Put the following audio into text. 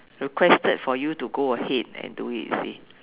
requested for you to go ahead and do it you see